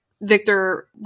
Victor